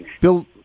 Bill